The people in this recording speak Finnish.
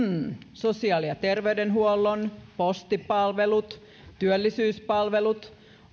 sosiaali ja terveydenhuollon postipalvelut työllisyyspalvelut